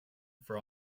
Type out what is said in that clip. for